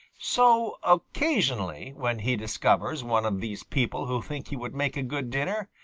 so occasionally, when he discovers one of these people who think he would make a good dinner,